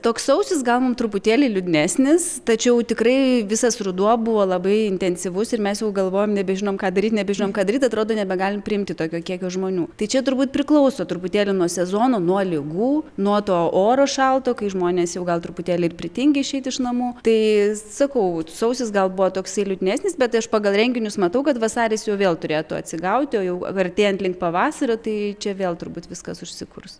toks sausis gal mum truputėlį liūdnesnis tačiau tikrai visas ruduo buvo labai intensyvus ir mes jau galvojom nebežinom ką daryt nebežinome ką daryt atrodo nebegalim priimti tokio kiekio žmonių tai čia turbūt priklauso truputėlį nuo sezono nuo ligų nuo to oro šalto kai žmonės jau gal truputėlį ir pritingi išeit iš namų taai sakau sausis gal buvo toksai liūdnesnis bet tai aš pagal renginius matau kad vasaris jau vėl turėtų atsigauti o jau artėjant link pavasario tai čia vėl turbūt viskas užsikurs